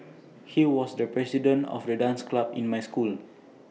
he was the president of the dance club in my school